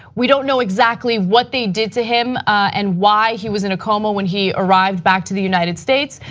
we don't know exactly what they did to him and why he was in a coma when he arrived back to the united states,